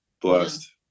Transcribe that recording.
blessed